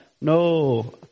No